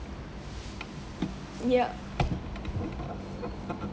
yup